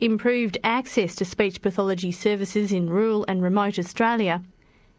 improved access to speech pathology services in rural and remote australia